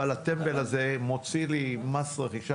אבל הטמבל הזה מוציא לי מס רכישה,